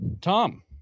Tom